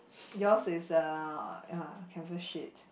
yours is a ya covered sheet